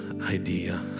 idea